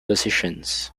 positions